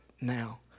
now